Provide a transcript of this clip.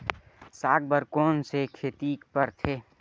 साग बर कोन से खेती परथे?